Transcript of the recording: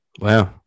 Wow